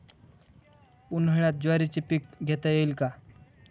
उन्हाळ्यात ज्वारीचे पीक घेता येईल का?